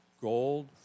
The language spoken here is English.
gold